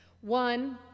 One